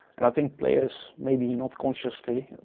and i think players, maybe not consciously,